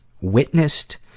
witnessed